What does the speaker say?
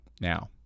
Now